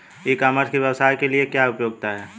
ई commerce की व्यवसाय के लिए क्या उपयोगिता है?